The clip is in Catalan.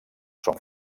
són